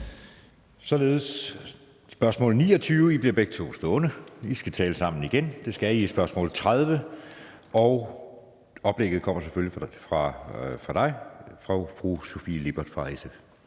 således spørgsmål nr. 29. I bliver begge to stående, for I skal tale sammen igen. Det skal I under spørgsmål nr. 30, og spørgsmålet kommer selvfølgelig fra fru Sofie Lippert fra SF.